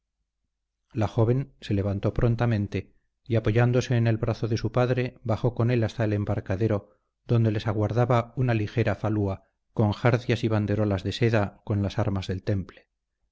la joven se levantó prontamente y apoyándose en el brazo de su padre bajó con él hasta el embarcadero donde les aguardaba una ligera falúa con jarcias y banderolas de seda con las armas del temple